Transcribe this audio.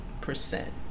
percent